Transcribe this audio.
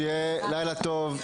שיהיה לילה טוב.